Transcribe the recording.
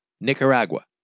Nicaragua